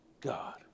God